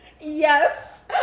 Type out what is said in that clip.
Yes